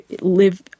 live